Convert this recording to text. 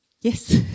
Yes